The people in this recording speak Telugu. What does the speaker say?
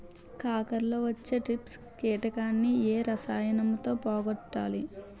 కాకరలో వచ్చే ట్రిప్స్ కిటకని ఏ రసాయనంతో పోగొట్టాలి?